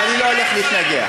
ואני לא הולך להתנגח,